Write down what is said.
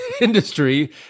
industry